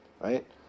right